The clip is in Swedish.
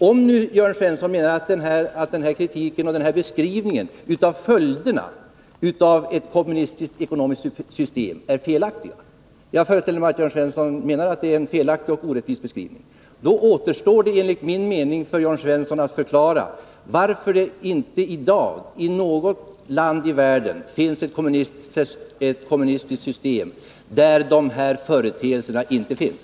Om nu Jörn Svensson menar att denna kritik och denna beskrivning av följderna av ett kommunistiskt ekonomiskt system är felaktiga — jag föreställer mig att Jörn Svensson menar att det är en felaktig och orättvis beskrivning — så återstår det enligt min mening för Jörn Svensson att förklara varför det inte i något land i världen i dag finns ett kommunistiskt system där dessa företeelser inte finns.